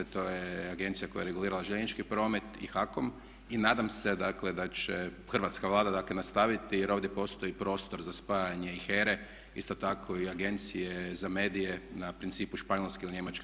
To je agencija koja je regulirala željeznički promet i HAKOM i nadam se, dakle da će hrvatska Vlada, dakle nastaviti jer ovdje postoji prostor za spajanje i HERA-e, isto tako i Agencije za medije na principu Španjolske ili Njemačke.